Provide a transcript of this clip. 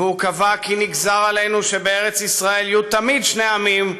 והוא קבע כי נגזר עלינו שבארץ-ישראל יהיו תמיד שני עמים,